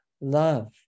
love